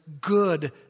good